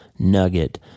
nugget